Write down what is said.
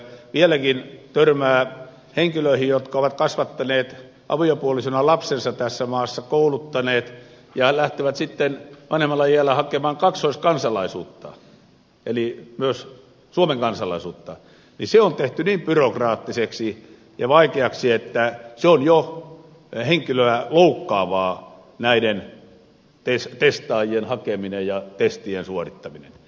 vieläkin törmää henkilöihin jotka ovat kasvattaneet aviopuolisona lapsensa tässä maassa kouluttaneet ja lähtevät sitten vanhemmalla iällä hakemaan kaksoiskansalaisuutta eli myös suomen kansalaisuutta ja se on tehty niin byrokraattiseksi ja vaikeaksi että se on jo henkilöä loukkaavaa näiden testaajien hakeminen ja testien suorittaminen